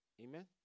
Amen